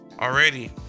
already